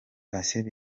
patient